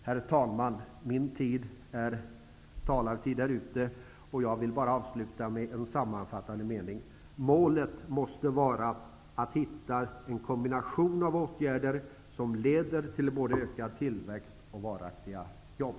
Min taletid är slut, men jag vill avsluta med en sammanfattande mening: Målet måste vara att hitta en kombination av åtgärder som leder till både ökad tillväxt och varaktiga jobb.